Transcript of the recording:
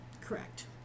Correct